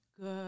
good